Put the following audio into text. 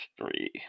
three